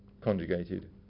conjugated